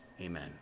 Amen